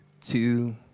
two